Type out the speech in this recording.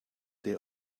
they